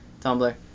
tumblr